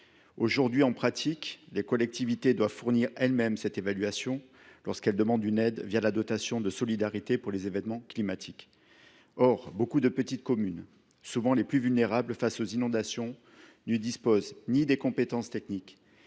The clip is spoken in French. Aujourd’hui, en pratique, les collectivités doivent fournir elles mêmes cette évaluation lorsqu’elles demandent une aide la dotation de solidarité aux collectivités victimes d’événements climatiques ou géologiques. Or beaucoup de petites communes, souvent les plus vulnérables face aux inondations, ne disposent ni des compétences techniques